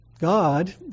God